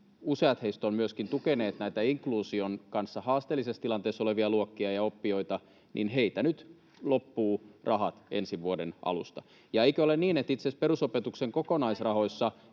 useat ovat myöskin tukeneet näitä inkluusion kanssa haasteellisessa tilanteessa olevia luokkia ja oppijoita, nyt loppuvat rahat ensi vuoden alusta? Ja eikö ole niin, että itse asiassa jos tämän ukrainalaisten